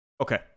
Okay